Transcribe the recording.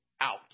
out